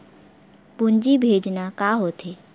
पूंजी भेजना का होथे?